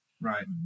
Right